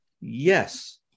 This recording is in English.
yes